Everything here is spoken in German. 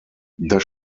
das